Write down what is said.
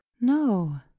no